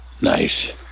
Nice